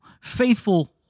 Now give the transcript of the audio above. faithful